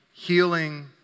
healing